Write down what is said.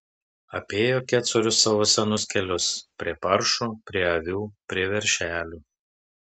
apėjo kecorius savo senus kelius prie paršų prie avių prie veršelių